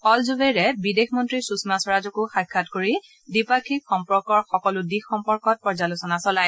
all জুবেইৰে বিদেশ মন্ত্ৰী সুষমা স্বৰাজকো সাক্ষাৎ কৰি দ্বিপাক্ষিক সম্পৰ্কৰ সকলো দিশ সম্পৰ্কত পৰ্যালোচনা চলায়